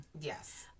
Yes